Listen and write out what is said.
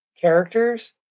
characters